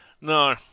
No